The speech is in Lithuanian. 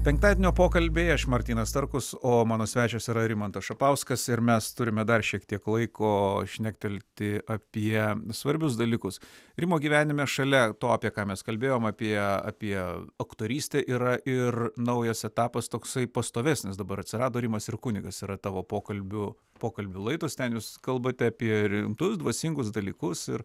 penktadienio pokalbiai aš martynas starkus o mano svečias yra rimantas šapauskas ir mes turime dar šiek tiek laiko šnektelti apie svarbius dalykus rimo gyvenime šalia to apie ką mes kalbėjom apie apie aktorystę yra ir naujas etapas toksai pastovesnis dabar atsirado rimas ir kunigas yra tavo pokalbių pokalbių laidos ten jūs kalbate apie rimtus dvasingus dalykus ir